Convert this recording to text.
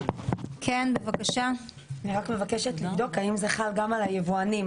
אני רק מבקשת לבדוק האם זה חל גם על היבואנים,